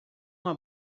uma